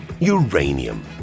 Uranium